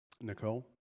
Nicole